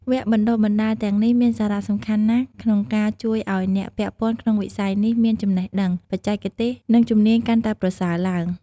វគ្គបណ្តុះបណ្តាលទាំងនេះមានសារៈសំខាន់ណាស់ក្នុងការជួយឲ្យអ្នកពាក់ព័ន្ធក្នុងវិស័យនេះមានចំណេះដឹង បច្ចេកទេស និងជំនាញកាន់តែប្រសើរឡើង។